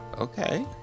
Okay